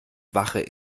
wache